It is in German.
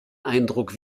eindruck